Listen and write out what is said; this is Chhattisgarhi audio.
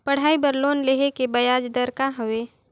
पढ़ाई बर लोन लेहे के ब्याज दर का हवे?